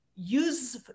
use